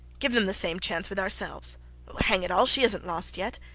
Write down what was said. give them the same chance with ourselves hang it all. she isnt lost yet.